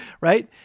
Right